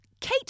Kate